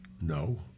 No